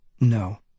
No